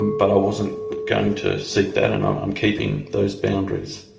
but i wasn't going to seek that, and um i'm keeping those boundaries.